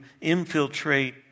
infiltrate